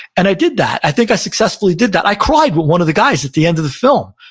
and i did that. i think i successfully did that. i cried with one of the guys at the end of the film.